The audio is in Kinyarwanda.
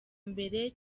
mbere